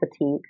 fatigue